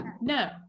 no